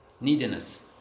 neediness